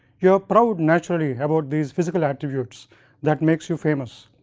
you are proud naturally about these physical attributes that makes you famous,